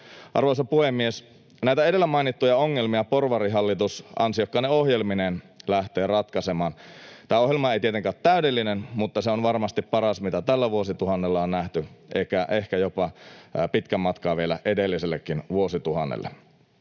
Arvoisa puhemies! Näitä edellä mainittuja ongelmia porvarihallitus ansiokkaine ohjelmineen lähtee ratkaisemaan. Tämä ohjelma ei tietenkään ole täydellinen, mutta se on varmasti paras, mitä tällä vuosituhannella on nähty, ehkä jopa pitkän matkaa vielä edelliselläkin vuosituhannella.